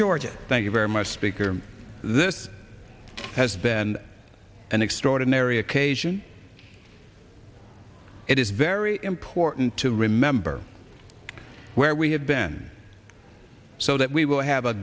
georgia thank you very much speaker this has been an extraordinary occasion it is very important to remember where we have been so that we will have a